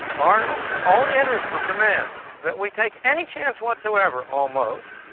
our own interests would demand that we take any chance whatsoever almost,